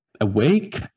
awake